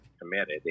committed